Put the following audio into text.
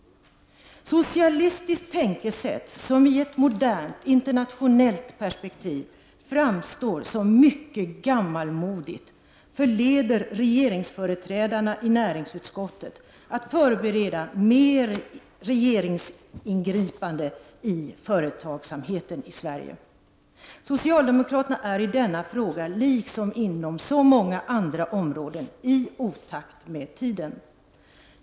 Socialistiskt tänkesätt — som i ett modernt, internationellt perspektiv framstår som mycket gammalmodigt — förleder regeringsföreträdarna i näringsutskottet att förbereda ökade regeringsingripanden i företagsamheten i Sverige. Socialdemokraterna är i denna fråga, liksom på så många andra områden, i otakt med tiden.